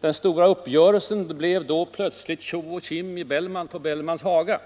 den stora uppgörelsen plötsligt tjo och tjim på Bellmans Haga.